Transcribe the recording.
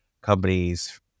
companies